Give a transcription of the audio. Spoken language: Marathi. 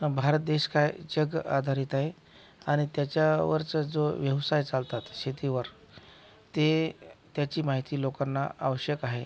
हा भारत देश काय जग आधारित आहे आणि त्याच्यावरचं जो व्यवसाय चालतात शेतीवर ते त्याची माहिती लोकांना आवश्यक आहे